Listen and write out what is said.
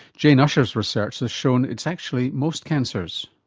jane ussher's research has shown it's actually most cancers.